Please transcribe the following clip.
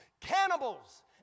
Cannibals